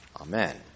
Amen